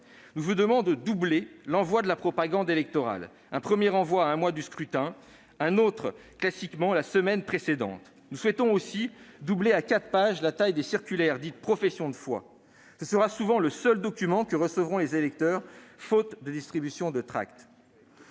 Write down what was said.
Nous vous demandons de doubler l'envoi de la propagande électorale : un premier envoi à un mois du scrutin, un autre, classiquement, la semaine précédant le vote. Nous souhaitons aussi doubler à quatre pages la taille des circulaires dites « professions de foi »: ce sera souvent le seul document que recevront les électeurs, faute de distribution de tracts.